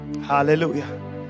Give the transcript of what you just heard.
Hallelujah